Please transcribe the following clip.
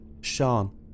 Sean